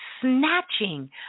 snatching